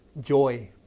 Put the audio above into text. joy